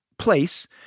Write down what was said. place